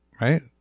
right